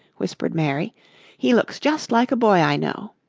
whispered mary he looks just like a boy i know.